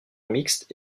mixte